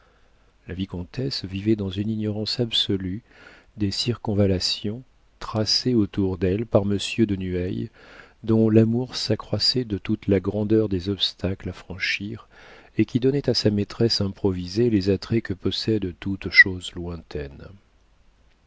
vicomtesse vivait dans une ignorance absolue des circonvallations tracées autour d'elle par monsieur de nueil dont l'amour s'accroissait de toute la grandeur des obstacles à franchir et qui donnaient à sa maîtresse improvisée les attraits que possède toute chose lointaine